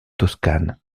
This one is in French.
toscane